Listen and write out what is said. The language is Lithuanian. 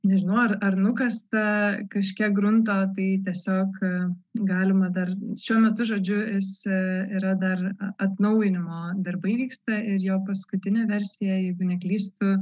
nežinau ar ar nukasta kažkiek grunto tai tiesiog galima dar šiuo metu žodžiu jis yra dar atnaujinimo darbai vyksta ir jo paskutinė versija jeigu neklystu